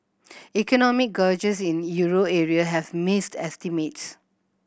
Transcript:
economic gauges in euro area have missed estimates